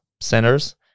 centers